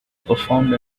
performed